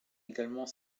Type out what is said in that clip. également